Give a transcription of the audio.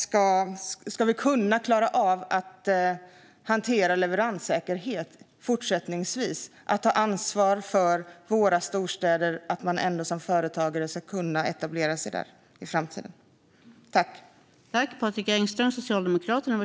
Hur ska vi fortsättningsvis hantera leveranssäkerheten och ta ansvar för att företagare ska kunna etablera sig i våra storstäder?